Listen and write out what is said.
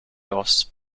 offs